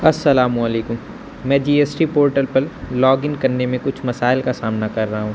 السلام علیکم میں جی ایس ٹی پورٹل پر لاگ ان کرنے میں کچھ مسائل کا سامنا کر رہا ہوں